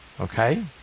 Okay